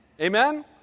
amen